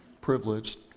privileged